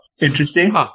interesting